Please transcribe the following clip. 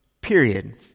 period